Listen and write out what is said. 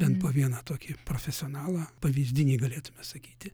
bent po vieną tokį profesionalą pavyzdinį galėtume sakyti